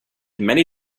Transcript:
many